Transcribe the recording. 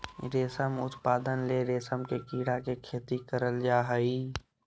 रेशम उत्पादन ले रेशम के कीड़ा के खेती करल जा हइ